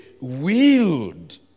wield